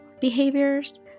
behaviors